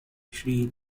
sri